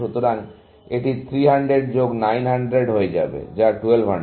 সুতরাং এটি 300 যোগ 900 হয়ে যাবে যা 1200